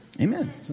Amen